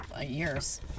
Years